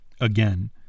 again